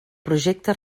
projecte